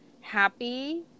happy